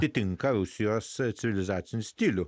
atitinka rusijos civilizacinį stilių